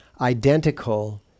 identical